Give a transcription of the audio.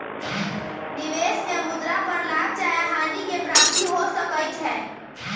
निवेश में मुद्रा पर लाभ चाहे हानि के प्राप्ति हो सकइ छै